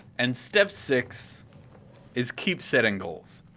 and step six is keep setting goals.